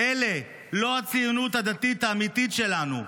אלה לא הציונות הדתית האמיתית שלנו.